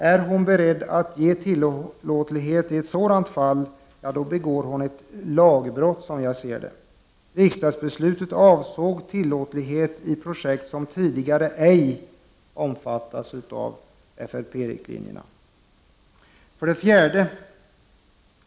Är hon beredd att ge tillåtlighet i ett sådant fall så begår hon ett lagbrott, som jag ser saken. Riksdagsbeslutet avsåg tillåtlighet i projekt som tidigare ej omfattats av FRP-riktlinjerna. 4.